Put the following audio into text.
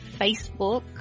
Facebook